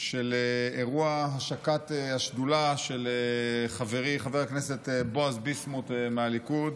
של אירוע השקת השדולה של חברי חבר הכנסת בועז ביסמוט מהליכוד